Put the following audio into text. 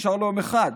נשאר לו יום אחד,